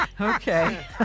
Okay